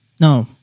no